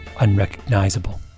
unrecognizable